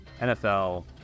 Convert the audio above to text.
NFL